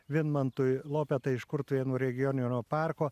vidmantui lopeta iš kurtuvėnų regioninio parko